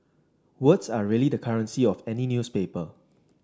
words are really the currency of any newspaper